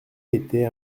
était